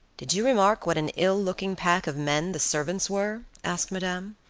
did you remark what an ill-looking pack of men the servants were? asked madame.